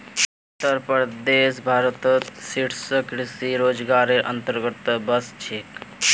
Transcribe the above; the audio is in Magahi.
उत्तर प्रदेश भारतत शीर्ष कृषि राज्जेर अंतर्गतत वश छेक